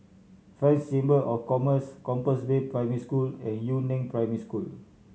French Chamber of Commerce Compassvale Primary School and Yu Neng Primary School